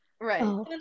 Right